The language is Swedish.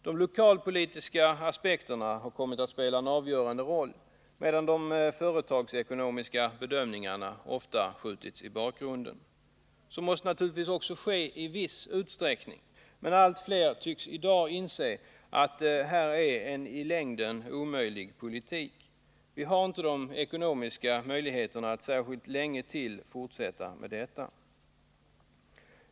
De lokalpolitiska aspekterna har kommit att spela en avgörande roll, medan de företagsekonomiska bedömningarna ofta skjutits i bakgrunden. Så måste naturligtvis också ske i viss utsträckning. Men allt fler tycks i daginse att det här är en i längden omöjlig politik. Vi har inte de ekonomiska möjligheterna att särskilt länge till fortsätta med detta.